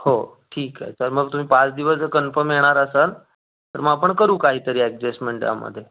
हो ठीक आहे तर मग तुम्ही पाच दिवस जर कन्फम येणार असाल तर मग आपण करू काही तरी ॲडजेस्टमेंट यामध्ये